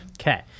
Okay